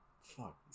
Fuck